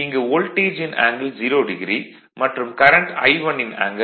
இங்கு வோல்டேஜின் angle 0o மற்றும் கரண்ட் I1 ன் ஆங்கிள் 27